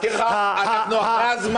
לא, לא, אני מזכיר לך שאנחנו אחרי הזמן.